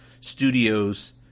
studios